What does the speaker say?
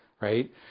Right